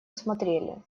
смотрели